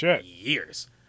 years